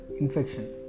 infection